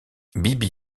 bibi